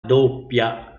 doppia